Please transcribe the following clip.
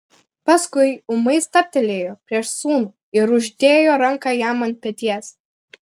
paskui ūmai stabtelėjo prieš sūnų ir uždėjo ranką jam ant peties